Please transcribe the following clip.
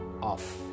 off